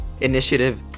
initiative